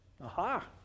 aha